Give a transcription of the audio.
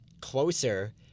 closer